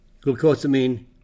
Glucosamine